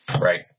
Right